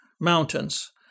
mountains